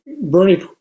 Bernie